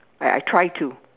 I I try to